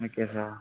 okay sir